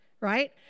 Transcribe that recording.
right